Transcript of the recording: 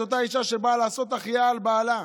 רצח את אותה אישה שבאה לעשות החייאה לבעלה.